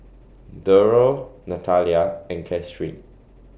Durrell Natalia and Katheryn